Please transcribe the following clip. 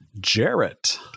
Jarrett